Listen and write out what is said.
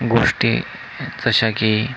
गोष्टी जशा की